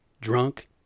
drunk